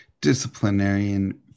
disciplinarian